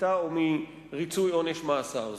שפיטה או מריצוי עונש מאסר.